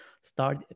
start